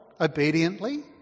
obediently